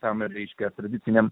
tam reikia tradiciniam